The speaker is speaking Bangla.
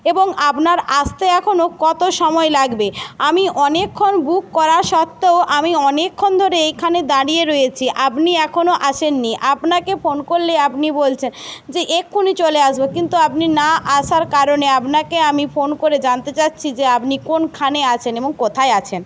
এবং আপনার আসতে এখনও কত সময় লাগবে আমি অনেকক্ষণ বুক করা সত্ত্বেও আমি অনেকক্ষণ ধরে এখানে দাঁড়িয়ে রয়েছি আপনি এখনও আসেননি আপনাকে ফোন করলেই আপনি বলছেন যে এক্ষুনি চলে আসব কিন্তু আপনি না আসার কারণে আপনাকে আমি ফোন করে জানতে চাচ্ছি যে আপনি কোনখানে আছেন এবং কোথায় আছেন